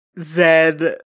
Zed